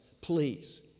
please